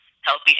healthy